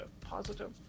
positive